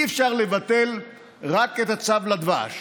אי-אפשר לבטל רק את הצו לדבש